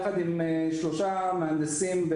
יחד עם שלושה מהנדסים,